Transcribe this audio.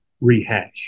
rehash